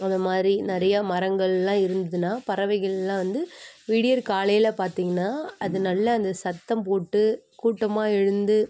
அந்தமாதிரி நிறையா மரங்களெல்லாம் இருந்துதுன்னால் பறவைகளெல்லாம் வந்து விடியற்காலையில் பார்த்தீங்கன்னா அது நல்லா அந்த சத்தம் போட்டு கூட்டமாக எழுந்து